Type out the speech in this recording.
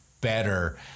better